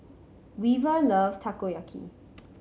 Weaver loves Takoyaki